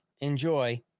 Enjoy